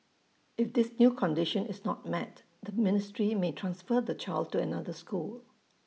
if this new condition is not met the ministry may transfer the child to another school